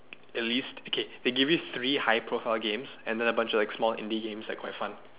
a list okay they give you three high profile games and then a bunch of like small indie games like quite fun